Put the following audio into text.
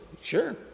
Sure